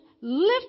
lift